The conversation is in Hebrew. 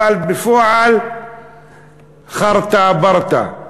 אבל בפועל חארטה ברטה.